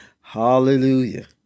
Hallelujah